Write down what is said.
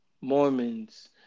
Mormons